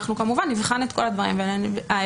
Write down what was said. אנחנו כמובן נבחן את כל הדברים האלה,